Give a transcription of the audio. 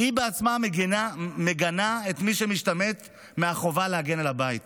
היא בעצמה מגנה את מי שמשתמט מהחובה להגן על הבית